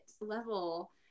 level